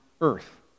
earth